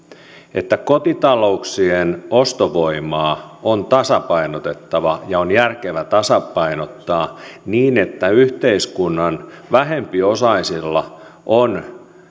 että kotitalouksien ostovoimaa on tasapainotettava ja on järkevää tasapainottaa niin että yhteiskunnan vähempiosaisilla on